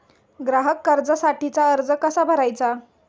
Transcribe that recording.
ग्राहक कर्जासाठीचा अर्ज कसा भरायचा?